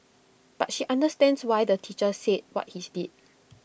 but she understands why the teacher said what he's did